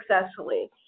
successfully